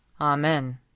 Amen